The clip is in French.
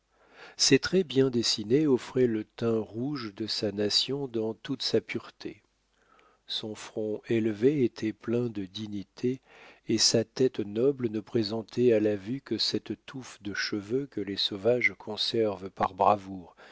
ses traits bien dessinés offraient le teint rouge de sa nation dans toute sa pureté son front élevé était plein de dignité et sa tête noble ne présentait à la vue que cette touffe de cheveux que les sauvages conservent par bravoure